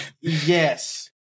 Yes